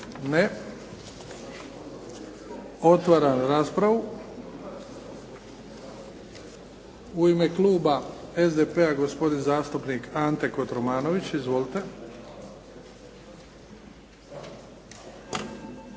Ne. Otvaram raspravu. U ime kluba SDP-a gospodin zastupnik Ante Kotromanović. Izvolite.